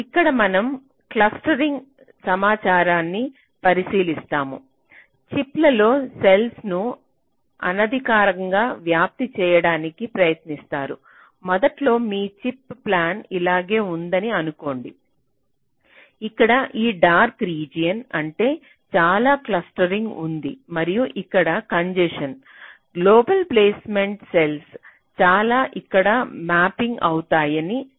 ఇక్కడ మనం క్లస్టరింగ్ సమాచారాన్ని పరిశీలిస్తాము చిప్లలో సెల్స్ ను అనధికారికంగా వ్యాప్తి చేయడానికి ప్రయత్నిస్తారు మొదట్లో మీ చిప్ ప్లాన్ ఇలాగే ఉందని అనుకోండి ఇక్కడ ఈ డార్క్ రీజియన్ అంటే చాలా క్లస్టరింగ్ ఉంది మరియు ఇక్కడ కంజెశన్ గ్లోబల్ ప్లేస్మెంట్ సెల్స్ చాలా ఇక్కడ మ్యాపింగ్ అవుతాయని చెబుతుంది